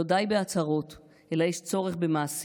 לא די בהצהרות אלא יש צורך במעשים,